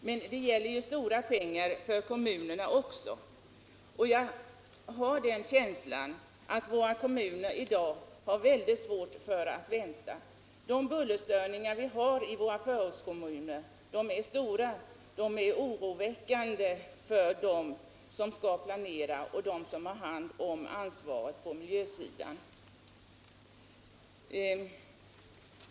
Men det gäller ju stora pengar också för kommunerna, och jag har en känsla av att dessa har mycket svårt att vänta på att någonting skall ske. De bullerstörningar som förekommer i våra förortskommuner är stora och väcker oro hos dem som planerar och ansvarar för miljöfrågorna.